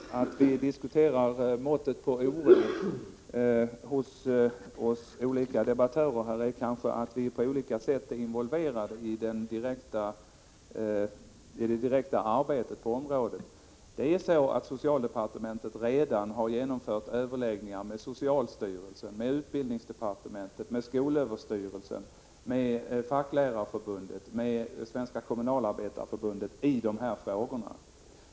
Herr talman! Anledningen till att vi diskuterar måttet på oron bland oss debattörer är kanske att vi på olika sätt är involverade i det direkta arbetet på området. Socialdepartementet har redan genomfört överläggningar med socialstyrelsen, utbildningsdepartementet, skolöverstyrelsen, Facklärarförbundet och Svenska kommunalarbetareförbundet i dessa frågor.